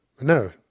No